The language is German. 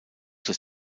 des